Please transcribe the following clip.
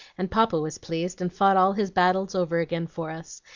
and papa was pleased, and fought all his battles over again for us,